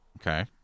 Okay